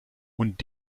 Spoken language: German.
und